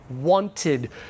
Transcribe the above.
wanted